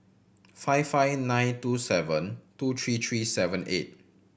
five five nine two seven two three three seven eight